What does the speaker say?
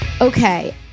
Okay